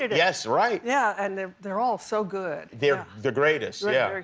yes, right. yeah. and they're they're all so good. they're the greatest. yeah. very